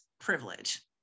privilege